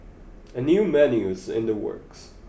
a new menu is in the works